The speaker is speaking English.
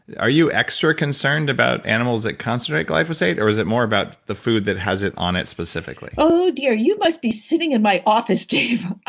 are you extra concerned about animals that concentrate glyphosate or is it more about the food that has it on it specifically? oh dear. you must be sitting in my office dave.